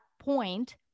point